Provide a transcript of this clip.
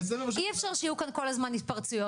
אי אפשר שיהיו כאן כל הזמן התפרצויות.